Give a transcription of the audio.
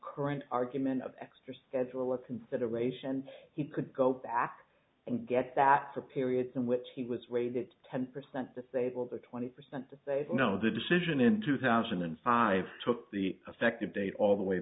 current argument of extra schedule a consideration he could go back and get that for periods in which he was way that ten percent disabled or twenty percent say no the decision in two thousand and five took the effective date all the way